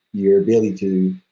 your ability to